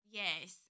yes